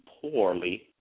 poorly